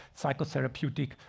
psychotherapeutic